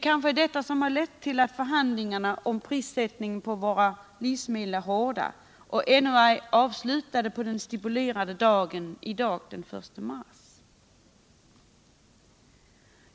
Kanske detta har lett vill att förhandlingarna om priserna på våra livsmedel är hårda och ej avslutade på den stipulerade dagen, nämligen den 1 mars.